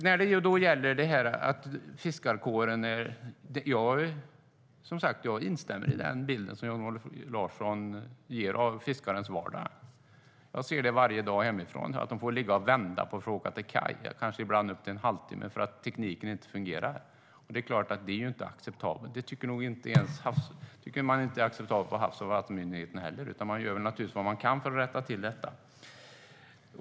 Jag instämmer i den bild som Jan-Olof Larsson målar upp av fiskarens vardag. Jag kan se varje dag hemma att fiskarna får ligga och vänta på att få åka till kaj, kanske ibland upp till en halvtimme, för att tekniken inte fungerar. Det är klart att det inte är acceptabelt. Det tycker man inte heller på Havs och vattenmyndigheten. Man gör naturligtvis vad man kan för att rätta till detta.